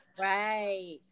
Right